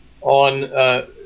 on